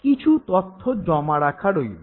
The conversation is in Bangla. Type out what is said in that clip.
কিছু তথ্য জমা রাখা রইল